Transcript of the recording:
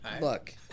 Look